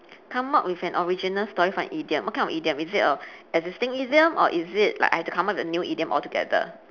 come up with an original story for an idiom what kind of idiom is it a existing idiom or is it like I have to come out with new idiom all together